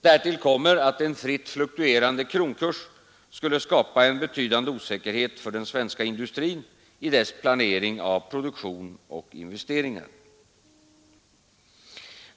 Därtill kommer att en fritt fluktuerande kronkurs skulle skapa en betydande osäkerhet för den svenska industrin i dess planering av produktion och investeringar.